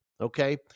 okay